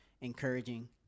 encouraging